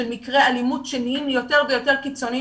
של מקרי אלימות שנהיים יותר ויותר קיצוניים